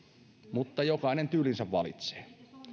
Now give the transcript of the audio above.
mutta jokainen tyylinsä valitsee